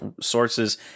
sources